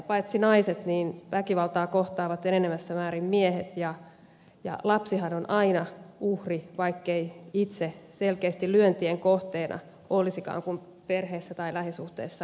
paitsi naiset väkivaltaa kohtaavat enenevässä määrin miehet ja lapsihan on aina uhri vaikkei itse selkeästi lyöntien kohteena olisikaan kun perheessä tai lähisuhteissa on väkivaltaa